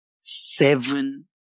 seven